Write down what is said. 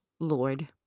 Lord